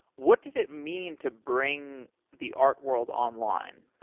what does it mean to bring the art world online?